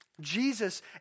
Jesus